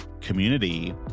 community